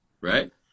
right